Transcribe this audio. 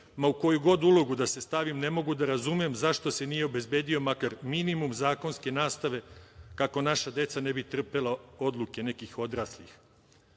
ma u koju god ulogu da se stavim ne mogu da razumem zašto se nije obezbedio makar minimum zakonske nastave kako naša deca ne bi trpela odluke nekih